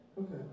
Okay